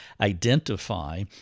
identify